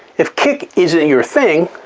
if kik isn't your thing,